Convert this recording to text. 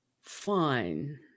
fine